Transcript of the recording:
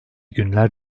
günler